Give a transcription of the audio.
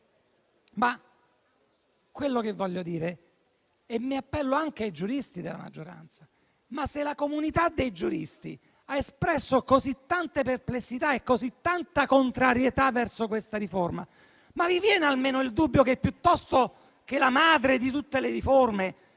su una questione, appellandomi anche ai giuristi della maggioranza: se la comunità dei giuristi ha espresso così tante perplessità e così tanta contrarietà verso questa riforma, vi viene almeno il dubbio che anziché la madre di tutte le riforme,